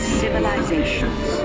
civilizations